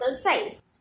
size